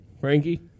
Frankie